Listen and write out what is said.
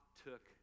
took